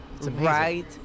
right